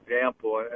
example